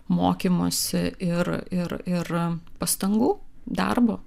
mokymosi ir pastangų darbo